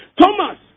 Thomas